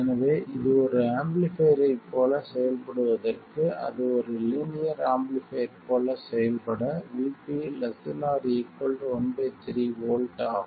எனவே இது ஒரு ஆம்பிளிஃபைர் ஐப் போல செயல்படுவதற்கு அது ஒரு லீனியர் ஆம்பிளிஃபைர் ஐப் போல செயல்பட Vp ≤ 1 3 V ஆகும்